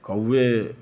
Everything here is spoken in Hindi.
कौए